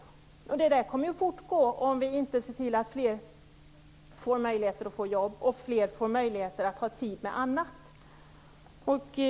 Detta kommer ju att fortgå om vi inte ser till att fler får möjlighet att få jobb och fler får möjlighet att ha tid med annat.